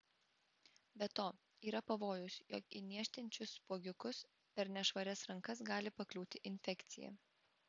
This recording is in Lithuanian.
be to yra pavojus jog į niežtinčius spuogiukus per nešvarias rankas gali pakliūti infekcija